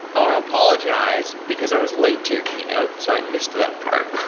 i want to apologize, because i was late to your keynote. so i missed that part.